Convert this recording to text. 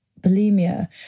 bulimia